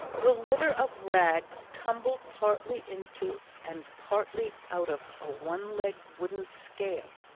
the litter of rags tumbled partly into and partly out of a one-legged wooden scale,